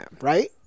Right